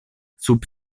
sub